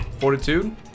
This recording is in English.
Fortitude